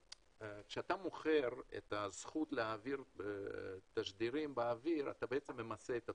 כשאתה מוכר את הזכות להעביר תשדירים באוויר אתה בעצם ממסה את הציבור.